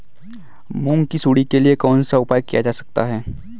मूंग की सुंडी के लिए कौन सा उपाय किया जा सकता है?